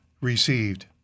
received